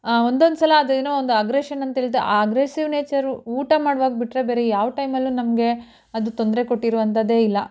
ಒಂದೊಂದುಸಲ ಅದೇನೋ ಒಂದು ಅಗ್ರೇಶನ್ ಅಂತ್ಹೇಳಿದ್ರೆ ಆ ಅಗ್ರೆಸಿವ್ ನೇಚರು ಊಟ ಮಾಡುವಾಗ್ ಬಿಟ್ಟರೆ ಬೇರೆ ಯಾವ ಟೈಮಲ್ಲೂ ನಮಗೆ ಅದು ತೊಂದರೆ ಕೊಟ್ಟಿರುವಂಥದ್ದೇ ಇಲ್ಲ